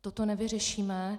Toto nevyřešíme.